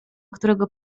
którego